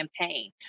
campaign